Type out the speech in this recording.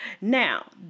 Now